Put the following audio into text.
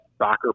soccer